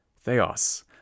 Theos